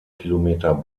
kilometer